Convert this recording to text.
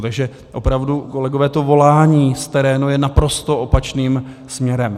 Takže opravdu, kolegové, to volání z terénu je naprosto opačným směrem.